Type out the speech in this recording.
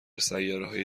سیارههای